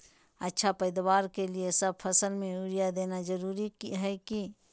अच्छा पैदावार के लिए सब फसल में यूरिया देना जरुरी है की?